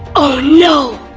oh no!